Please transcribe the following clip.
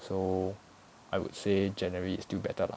so I would say january is still better lah